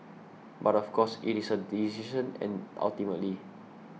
but of course it is her decision and ultimately